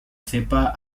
cepa